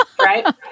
right